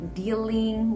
dealing